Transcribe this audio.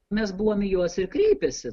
mes buvom į juos ir kreipęsi